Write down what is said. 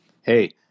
hey –